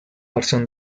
versión